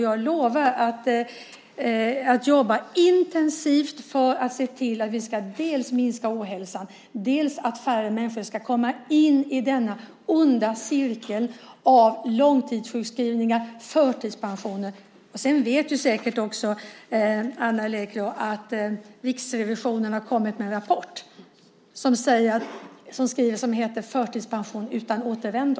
Jag lovar att jobba intensivt för att se till att vi minskar ohälsan och se till att färre människor kommer in i den onda cirkeln av långtidssjukskrivningar och förtidspensioner. Ann Arleklo vet säkert att Riksrevisionen har kommit med en rapport som heter Förtidspension utan återvändo .